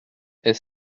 est